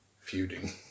feuding